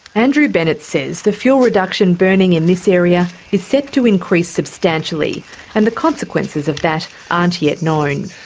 andrew bennett says the fuel reduction burning in this area is set to increase substantially and the consequences of that aren't yet known.